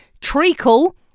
Treacle